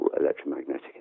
electromagnetic